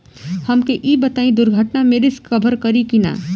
हमके ई बताईं दुर्घटना में रिस्क कभर करी कि ना?